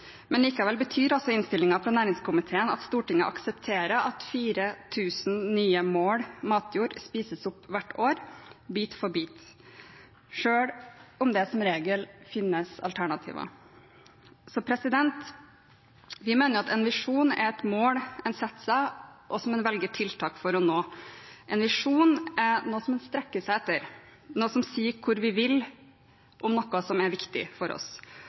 Men likevel betyr innstillingen fra næringskomiteen at Stortinget aksepterer at 4 000 nye mål matjord spises opp hvert år bit for bit selv om det som regel finnes alternativer. Vi mener at en visjon er et mål en setter seg og velger tiltak for å nå. En visjon er noe som en strekker seg etter, noe som sier hvor vi vil, og noe som er viktig for oss.